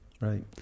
Right